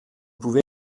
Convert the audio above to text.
pouvez